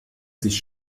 sich